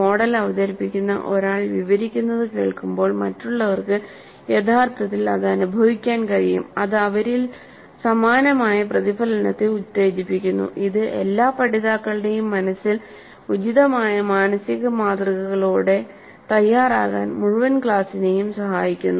model അവതരിപ്പിക്കുന്ന ഒരാൾ വിവരിക്കുന്നത് കേൾക്കുമ്പോൾ മറ്റുള്ളവർക്ക് യഥാർത്ഥത്തിൽ അനുഭവിക്കാൻ കഴിയും അത് അവരിൽ സമാനമായ പ്രതിഫലനത്തെ ഉത്തേജിപ്പിക്കുന്നു ഇത് എല്ലാ പഠിതാക്കളുടെയും മനസ്സിൽ ഉചിതമായ മാനസിക മാതൃകകളോടെ തയ്യാറാകാൻ മുഴുവൻ ക്ലാസ്സിനെയും സഹായിക്കുന്നു